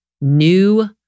new